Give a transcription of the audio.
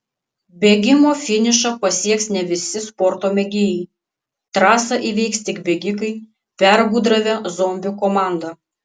bėgimo finišą pasieks ne visi sporto mėgėjai trasą įveiks tik bėgikai pergudravę zombių komandą